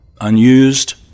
unused